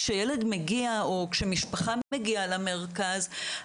כשילד מגיע או כשמשפחה מגיעה למרכז,